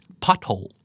pothole